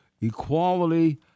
equality